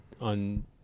on